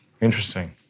Interesting